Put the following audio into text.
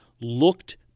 looked